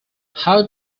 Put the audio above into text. how